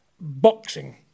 boxing